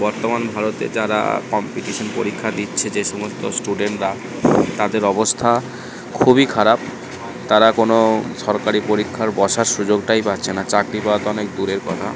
বর্তমান ভারতে যারা কম্পিটিশান পরীক্ষা দিচ্ছে যে সমস্ত স্টুডেন্টরা তাদের অবস্থা খুবই খারাপ তারা কোনো সরকারি পরীক্ষার বসার সুযোগটাই পাচ্ছে না চাকরি পাওয়া তো অনেক দূরের কথা